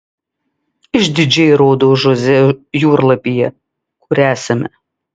išdidžiai rodau žoze jūrlapyje kur esame